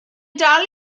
dal